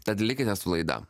tad likite su laida